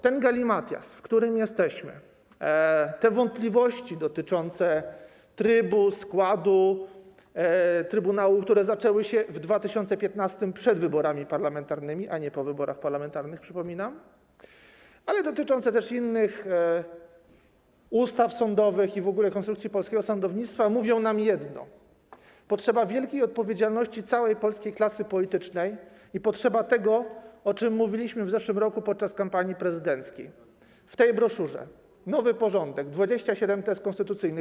Ten galimatias, w którym jesteśmy, te wątpliwości dotyczące trybu, składu trybunału, które zaczęły się w 2015 r. przed wyborami parlamentarnymi, a nie po wyborach parlamentarnych, przypominam, dotyczące ustaw sądowych i w ogóle konstytucji, polskiego sądownictwa, mówią nam jedno - potrzeba wielkiej odpowiedzialności całej polskiej klasy politycznej i potrzeba tego, o czym mówiliśmy w zeszłym roku podczas kampanii prezydenckiej w broszurze „Nowy porządek. 27 tez konstytucyjnych”